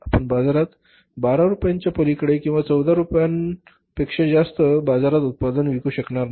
आपण बाजारात 12 रुपयांच्या पलीकडे किंवा 14 रुपयांपेक्षा जास्त बाजारात उत्पादन विकू शकणार नाही